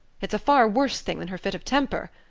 it's a far worse thing than her fit of temper.